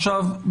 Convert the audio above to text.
עכשיו,